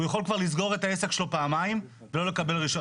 הוא יכול כבר לסגור את העסק שלו פעמיים ולא לקבל רישיון.